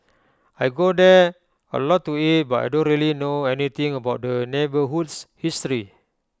I go there A lot to eat but I don't really know anything about the neighbourhood's history